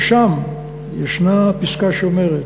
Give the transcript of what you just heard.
ושם יש פסקה שאומרת,